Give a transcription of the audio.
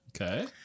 okay